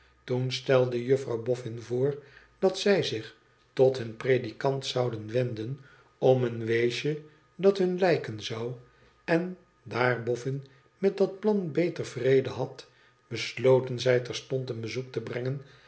toen stelde juffrouw bofifin voor dat zij zich tot hun predikant zouden wenden om een weesje dat hun lijken zou en daar bofn met dat plan beter vrede had besloten zij terstond een bezoek te brengen